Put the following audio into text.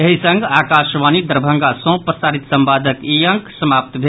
एहि संग आकाशवाणी दरभंगा सँ प्रसारित संवादक ई अंक समाप्त भेल